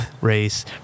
race